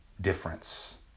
difference